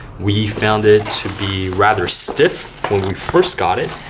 we found it to be rather stiff when we first got it,